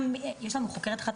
יש לנו חוקרת אחת,